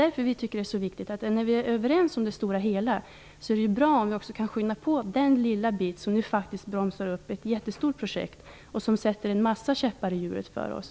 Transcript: Därför tycker vi att det är så viktigt att det, nu när vi är överens i det stora hela, är bra om vi kan skynda på den lilla bit, som nu faktiskt bromsar upp ett jättestort projekt och som sätter många käppar i hjulet för oss.